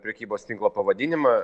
prekybos tinklo pavadinimą